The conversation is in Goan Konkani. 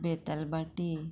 बेतालबाटी